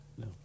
No